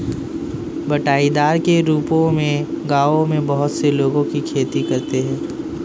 बँटाईदार के रूप में गाँवों में बहुत से लोगों की खेती करते हैं